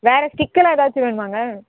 வேறு ஸ்டிக்கெல்லாம் ஏதாச்சும் வேணுமாங்க